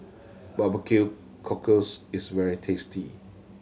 barbecue cockles is very tasty